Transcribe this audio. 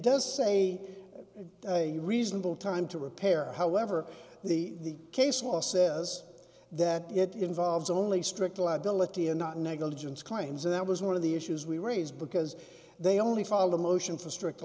does say a reasonable time to repair however the case law says that it involves only strict liability and not negligence claims that was one of the issues we raise because they only filed a motion for strict